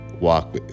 walk